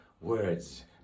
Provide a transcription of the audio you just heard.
words